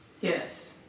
Yes